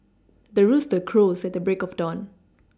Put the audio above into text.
the rooster crows at the break of dawn